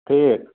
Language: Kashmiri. ٹھیٖک